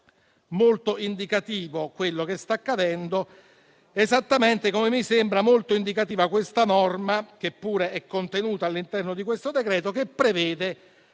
molto indicativo quello che sta accadendo. Esattamente come mi sembra molto indicativa questa norma, che pure è contenuta all'interno del decreto, che prevede